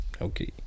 okay